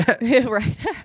right